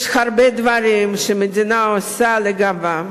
יש הרבה דברים שהמדינה עושה לגביהם.